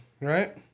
right